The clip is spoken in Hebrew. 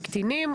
בקטינים.